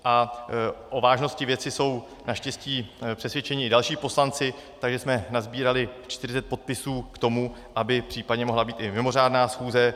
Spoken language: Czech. O vážnosti věci jsou naštěstí přesvědčeni i další poslanci, takže jsme nasbírali 40 podpisů k tomu, aby případně mohla být i mimořádná schůze.